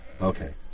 Okay